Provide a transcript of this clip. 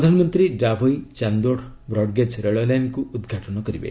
ପ୍ରଧାନମନ୍ତ୍ରୀ ଡାଭୋଇ ଚାନ୍ଦୋଡ୍ ବ୍ରଡ୍ଗେଜ୍ ରେଳ ଲାଇନ୍କୁ ଉଦ୍ଘାଟନ କରିବେ